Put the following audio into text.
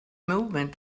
movement